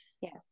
yes